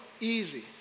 easy